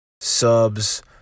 subs